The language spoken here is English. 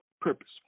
purpose